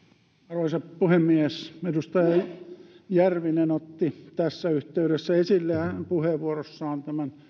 arvoisa puhemies edustaja järvinen otti tässä yhteydessä esille puheenvuorossaan